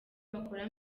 bakora